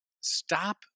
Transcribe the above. Stop